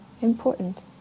Important